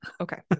Okay